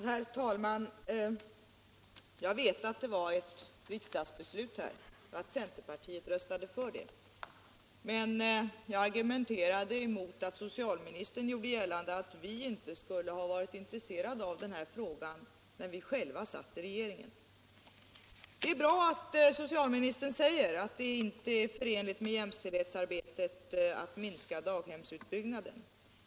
Herr talman! Jag vet att vi har ett riksdagsbeslut om barnomsorgsutbyggnaden och att centerpartiet röstade för det. Men jag argumenterade emot att socialministern gjorde gällande att vi inte skulle ha varit intresserade av den här frågan när vi själva satt i regeringen. Det är bra att socialministern säger att det inte är förenligt med jämställdhetsarbetet att minska daghemsutbyggnaden.